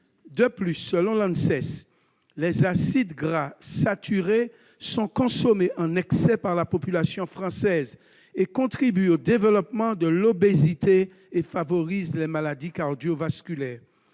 et du travail (Anses), les acides gras saturés sont consommés de manière excessive par la population française, contribuent au développement de l'obésité et favorisent les maladies cardio-vasculaires.